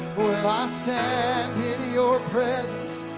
ah stand in your presence,